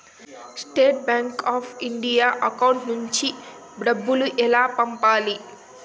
State bank of India account నుంచి డబ్బులు ఎలా పంపాలి?